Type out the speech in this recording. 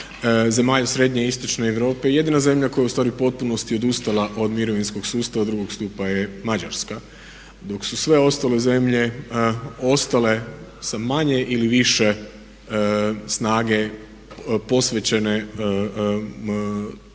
zemalja srednje i istočne Europe. Jedina zemlja koja je ustvari u potpunosti odustala od mirovinskog sustava 2. stupa je Mađarska. Dok su sve ostale zemlje ostale sa manje ili više snage posvećene ovakvom